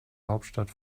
hauptstadt